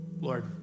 Lord